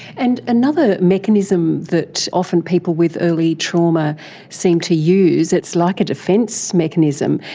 and another mechanism that often people with early trauma seem to use, it's like a defence mechanism,